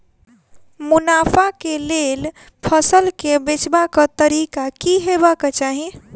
मुनाफा केँ लेल फसल केँ बेचबाक तरीका की हेबाक चाहि?